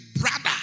brother